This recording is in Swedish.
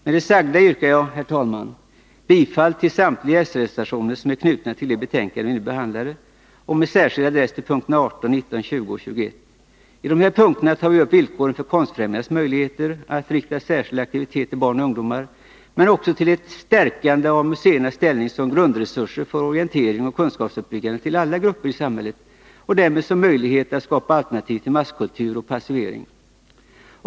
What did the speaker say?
Med det sagda yrkar jag, herr talman, bifall till samtliga s-reservationer som är knutna till det betänkande vi nu behandlar och med särskild adress till punkterna 18, 19, 20 och 21. I dessa punkter tar vi upp villkoren för Konstfrämjandets möjligheter att rikta särskild aktivitet till barn och ungdomar på bildkonstens område men också till ett stärkande av museernas ställning som grundresurs för orientering och kunskapsuppbyggande till alla grupper i samhället — och därmed skapa alternativ till masskultur och passivering.